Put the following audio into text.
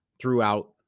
throughout